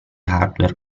hardware